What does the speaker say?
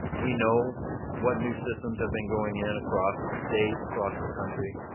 we know what new systems have been going in across the state, across the country.